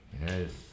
Yes